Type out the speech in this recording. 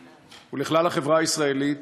הוא לכלל החברה הישראלית.